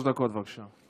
שלוש דקות, בבקשה.